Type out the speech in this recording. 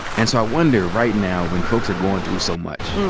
and so i wonder right now when folks are goin' through so much,